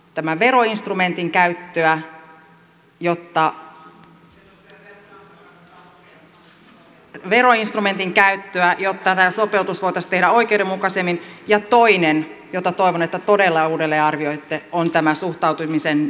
tämän veroinstrumentin käyttöä jotta tämä sopeutus voitaisiin tehdä oikeudenmukaisemmin ja toiseksi toivon että todella uudelleen arvioitte suhtautumistanne sopimusyhteiskuntaan